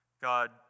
God